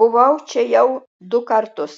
buvau čia jau du kartus